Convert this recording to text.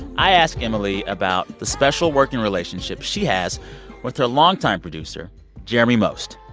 i ask emily about the special working relationship she has with her longtime producer jeremy most.